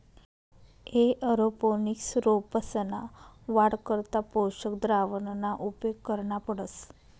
aeroponics रोपंसना वाढ करता पोषक द्रावणना उपेग करना पडस